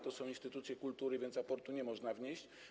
To są instytucje kultury, więc aportu nie można wnieść.